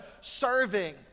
serving